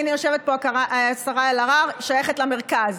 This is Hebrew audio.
הינה, יושבת פה השרה אלהרר, היא שייכת למרכז.